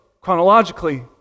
chronologically